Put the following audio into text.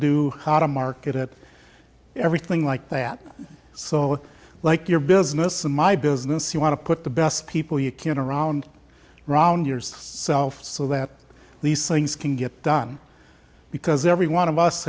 do how to market it everything like that so like your business in my business you want to put the best people you can around round yours self so that these things can get done because every one of us